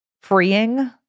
freeing